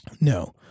No